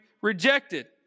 rejected